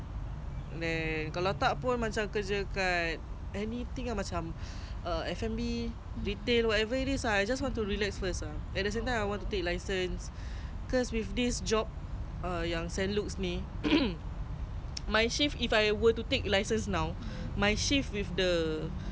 actually if I were to take license now my shift with the B_B_D_C punya timing I scared macam tak match and plus I will get my roster two weeks after two weeks ya like right now I already know my next two weeks punya shift apa then